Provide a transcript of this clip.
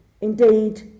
Indeed